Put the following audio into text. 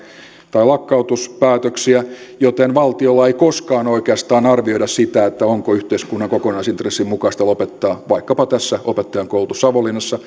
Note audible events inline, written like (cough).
tai lakkautuspäätöksiä joten valtiolla ei koskaan oikeastaan arvioida sitä onko yhteiskunnan kokonais intressin mukaista lopettaa vaikkapa tässä opettajakoulutus savonlinnassa (unintelligible)